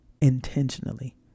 intentionally